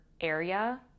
area